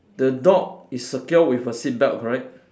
the dog is secured with a seat belt correct